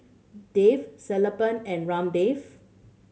Dev Sellapan and Ramdev